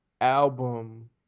album